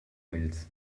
wheels